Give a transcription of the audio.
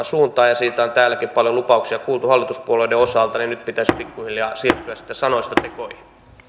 suuntaan kun siitä on täälläkin paljon lupauksia kuultu hallituspuolueiden osalta niin nyt pitäisi pikkuhiljaa siirtyä sitten sanoista tekoihin